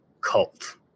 cult